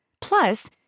Plus